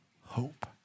hope